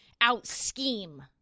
out-scheme